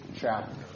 chapter